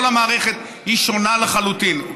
כל המערכת שונה לחלוטין.